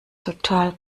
total